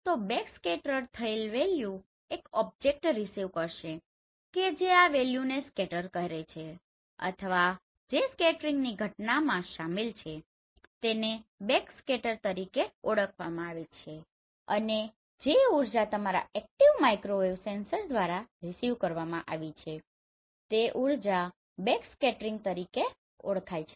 તો બેકસ્કેટર થયેલ વેલ્યુ એક ઓબ્જેક્ટ રીસીવ કરશે કે જે આ વેલ્યુને સ્કેટર કરે છે અથવા જે સ્કેટરીંગની ઘટનામાં શામેલ છે તેને બેકસ્કેટર તરીકે ઓળખવામાં આવે છે અને જે ઉર્જા તમારા એક્ટીવ માઇક્રોવેવ સેન્સર દ્વારા રીસીવ કરવામાં આવી છે તે ઉર્જા બેકસ્કેટરિંગ તરીકે ઓળખાય છે